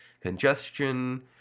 congestion